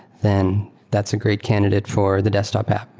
then that's a great candidate for the desktop app.